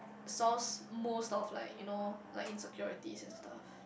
south most of like you know like insecurities and stuff